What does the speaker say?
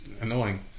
annoying